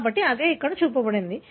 కాబట్టి అదే ఇక్కడ చూపబడింది